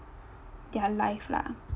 their life lah